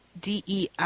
DEI